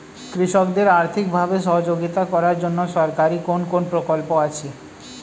কৃষকদের আর্থিকভাবে সহযোগিতা করার জন্য সরকারি কোন কোন প্রকল্প আছে?